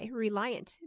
reliant